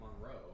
Monroe